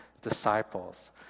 disciples